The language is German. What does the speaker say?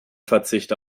verzicht